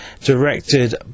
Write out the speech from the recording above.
Directed